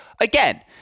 Again